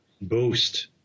boost